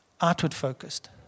outward-focused